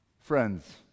Friends